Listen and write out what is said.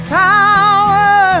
power